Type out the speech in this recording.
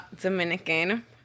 Dominican